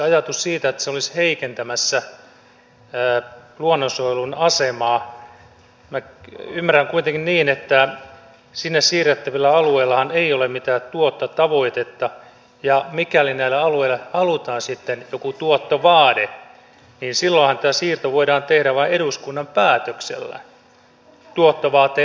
ajatus siitä että se olisi heikentämässä luonnonsuojelun asemaa minä ymmärrän kuitenkin niin että sinne siirrettävillä alueillahan ei ole mitään tuottotavoitetta ja mikäli näille alueille halutaan sitten joku tuottovaade niin silloinhan tämä siirto tuottovaateen alaisuuteen voidaan tehdä vain eduskunnan päätöksellä